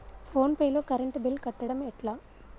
Phone pay లో current bill కట్టడం ఎట్లా?